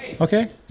Okay